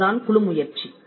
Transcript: இதுதான் குழு முயற்சி